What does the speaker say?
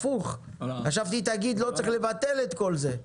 הפוך, חשבתי שתגיד שלא צריך לבטל את כל זה,